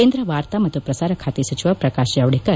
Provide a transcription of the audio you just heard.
ಕೇಂದ್ರ ವಾರ್ತಾ ಮತ್ತ ಪ್ರಸಾರ ಖಾತೆ ಸಚಿವ ಪ್ರಕಾಶ್ ಜಾವಡೇಕರ್